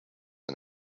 and